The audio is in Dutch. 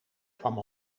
kwam